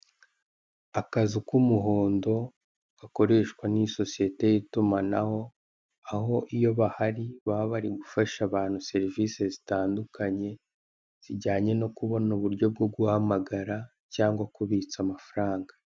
Akazi k'umuhondo gakoreshwa n'isosiyete y'itumanaho, aho iyo bahari baba bari gufasha abantu serivise zitandukanye zijyanye no kubona uburyo bwo guhamagara cyangwa kubitsa amafaranga.